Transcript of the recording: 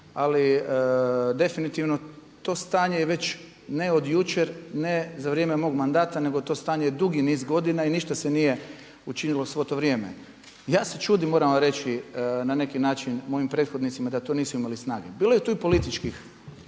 Ali definitivno to stanje je već ne od jučer, ne za vrijeme mog mandata nego to stanje je dugi niz godina i ništa se nije učinilo svo to vrijeme. I ja se čudim moram vam reći na neki način mojim prethodnicima da to nisu imali snage. Bilo je tu i političkih